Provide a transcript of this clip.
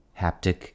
Haptic